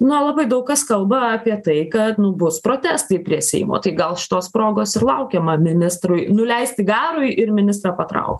na labai daug kas kalba apie tai kad nu bus protestai prie seimo tai gal šitos progos ir laukiama ministrui nuleisti garui ir ministrą patraukt